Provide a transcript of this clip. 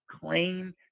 claim